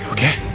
Okay